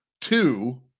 two